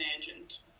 agent